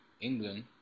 England